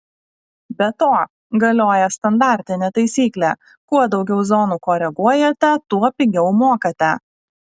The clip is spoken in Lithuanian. be to galioja standartinė taisyklė kuo daugiau zonų koreguojate tuo pigiau mokate